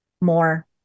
more